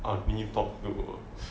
orh mini fox group wor